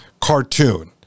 cartoon